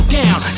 down